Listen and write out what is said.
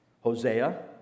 Hosea